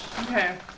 Okay